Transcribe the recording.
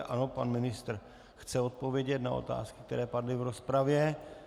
Ano, pan ministr chce odpovědět na otázky, které padly v rozpravě.